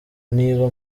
niba